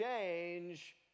change